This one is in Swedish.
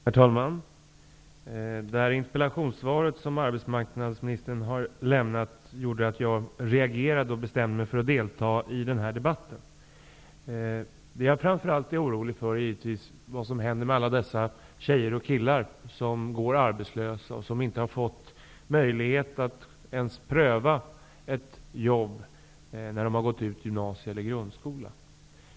Herr talman! Det interpellationssvar som arbetsmarknadsministern har lämnat gjorde att jag reagerade och bestämde mig för att delta i debatten. Det jag framför allt är orolig för är vad som händer med alla dessa tjejer och killar som går arbetslösa och som inte har fått möjlighet att ens pröva ett jobb när de har gått ut gymnasiet eller grundskolan.